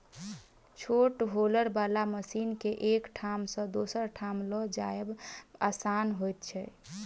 छोट हौलर बला मशीन के एक ठाम सॅ दोसर ठाम ल जायब आसान होइत छै